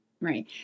right